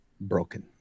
Broken